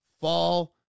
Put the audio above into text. fall